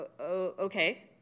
Okay